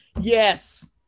Yes